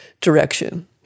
direction